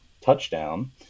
touchdown